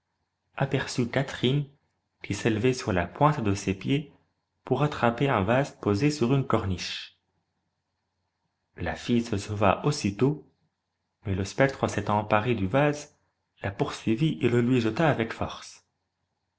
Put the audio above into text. catherine qui s'élevait sur la pointe de ses pieds pour attraper un vase posé sur une corniche la fille se sauva aussitôt mais le spectre s'étant emparé du vase la poursuivit et le lui jeta avec force